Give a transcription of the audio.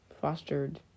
fostered